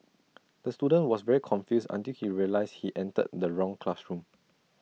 the student was very confused until he realised he entered the wrong classroom